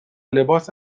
لباس